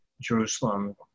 Jerusalem